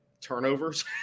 turnovers